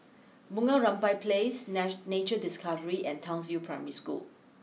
Bunga Rampai place Nature Discovery and Townsville Primary School